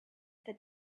that